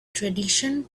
tradition